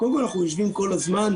קודם כול, אנחנו יושבים כל הזמן.